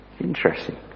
Interesting